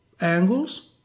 angles